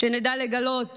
שנדע לגלות